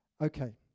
Okay